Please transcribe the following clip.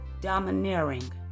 domineering